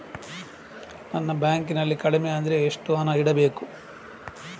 ನಮ್ಮ ಬ್ಯಾಂಕ್ ನಲ್ಲಿ ಕಡಿಮೆ ಅಂದ್ರೆ ಎಷ್ಟು ಹಣ ಇಡಬೇಕು?